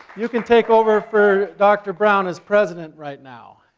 you can take over for dr. brown as president right now.